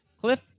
Cliff